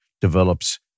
develops